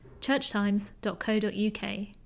churchtimes.co.uk